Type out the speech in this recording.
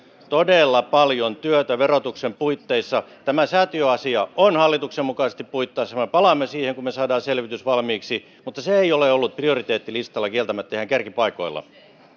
todella paljon työtä verotuksen puitteissa tämä säätiöasia on hallitusohjelman mukaisesti pohdinnassa palaamme siihen kun me saamme selvityksen valmiiksi mutta se ei ole ollut prioriteettilistalla kieltämättä ihan kärkipaikoilla